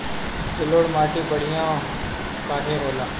जलोड़ माटी बढ़िया काहे होला?